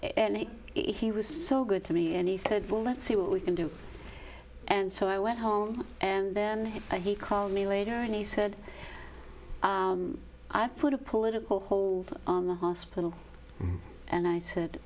he was so good to me and he said well let's see what we can do and so i went home and then he called me later and he said i put a political hole in the hospital and i said